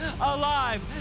alive